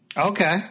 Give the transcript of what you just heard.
Okay